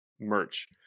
merch